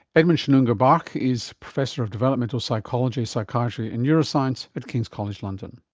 edmund sonuga-barke is professor of developmental psychology, psychiatry and neuroscience at king's college london